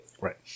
Right